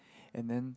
and then